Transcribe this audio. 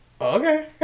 okay